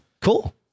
Cool